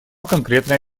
конкретное